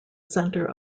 center